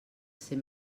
ser